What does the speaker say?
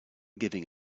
giving